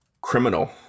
criminal